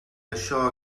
això